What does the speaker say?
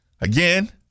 Again